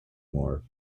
more